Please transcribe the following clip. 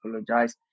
apologize